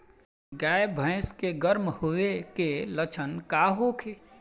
गाय भैंस गर्म होय के लक्षण का होखे?